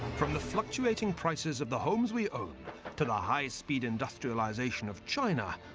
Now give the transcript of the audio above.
from the fluctuating prices of the homes we own to the high-speed industrialisation of china,